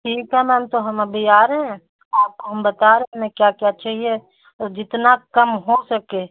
ठीक है मैम तो हम अभी आ रहे हैं आपको हम बता रहें हमें क्या क्या चाहिए और जितना कम हो सके